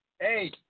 hey